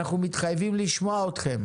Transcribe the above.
אנחנו מתחייבים לשמוע אתכם.